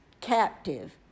captive